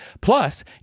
Plus